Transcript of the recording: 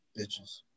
bitches